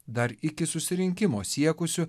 dar iki susirinkimo siekusiu